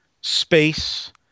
space